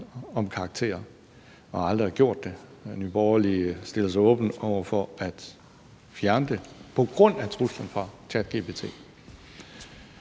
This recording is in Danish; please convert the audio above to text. om karakterer og aldrig har gjort det. Nye Borgerlige stiller sig åben over for at fjerne dem på grund af truslen fra ChatGPT.